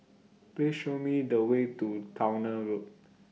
Please Show Me The Way to Towner Road